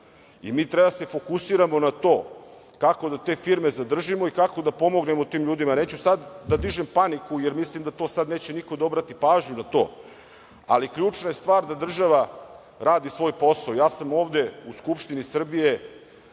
Mi treba da se fokusiramo na to, kako da te firme zadržimo i kako da pomognemo tim ljudima. Neću sad da dižem paniku jer mislim da na to sad neće niko da obrati pažnju, ali ključna je stvar da država radi svoj posao. Ja sam ovde u Skupštini Srbije